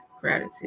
gratitude